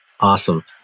Awesome